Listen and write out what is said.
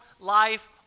life